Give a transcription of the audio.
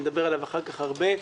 נדבר עליו אחר-כך הרבה,